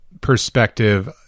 perspective